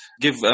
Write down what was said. give